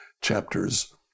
chapters